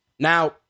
Now